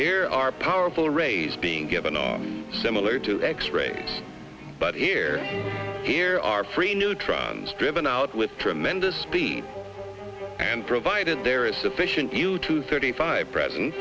here are powerful rays being given are similar to x rays but here here are free neutrons driven out with tremendous speed and provided there is sufficient you to thirty five present